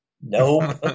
Nope